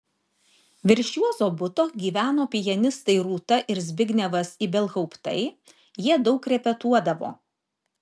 virš juozo buto gyveno pianistai rūta ir zbignevas ibelhauptai jie daug repetuodavo